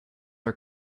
are